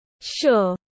Sure